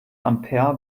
ampere